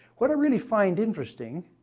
what i really find interesting,